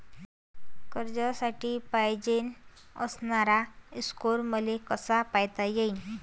कर्जासाठी पायजेन असणारा स्कोर मले कसा पायता येईन?